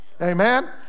amen